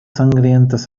sangrientas